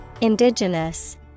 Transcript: Indigenous